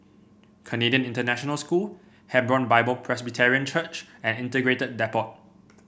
Canadian International School Hebron Bible Presbyterian Church and Integrated Depot